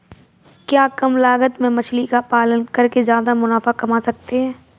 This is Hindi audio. क्या कम लागत में मछली का पालन करके ज्यादा मुनाफा कमा सकते हैं?